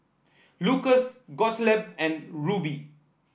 Lucas Gottlieb and Rubye